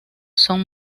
son